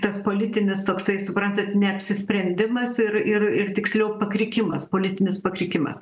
tas politinis toksai suprantat neapsisprendimas ir ir ir tiksliau pakrikimas politinis pakrikimas